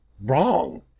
wrong